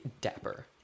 dapper